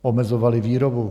Omezovali výrobu.